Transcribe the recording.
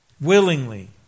willingly